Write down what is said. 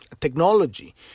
technology